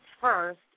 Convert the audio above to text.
first